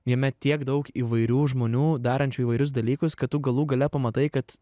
jame tiek daug įvairių žmonių darančių įvairius dalykus kad tu galų gale pamatai kad